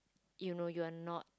you know you are not